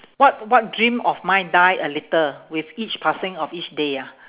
what what dream of mine die a little with each passing of each day ah